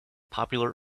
popular